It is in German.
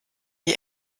die